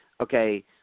okay